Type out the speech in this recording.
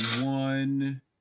one